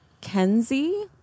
Kenzie